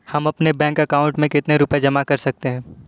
हम अपने bank account में कितने रुपये जमा कर सकते हैं?